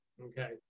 okay